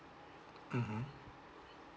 mmhmm